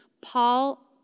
Paul